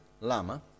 Lama